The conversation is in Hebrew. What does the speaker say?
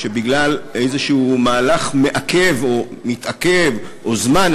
שבגלל איזה מהלך מעכב או מתעכב או זמן,